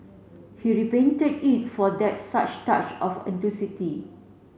he repainted it for that such touch of